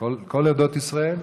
כל עדות ישראל.